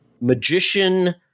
magician